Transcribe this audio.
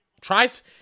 tries